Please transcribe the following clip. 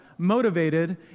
Motivated